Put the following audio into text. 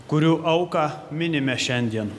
kurių auką minime šiandien